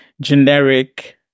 generic